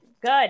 Good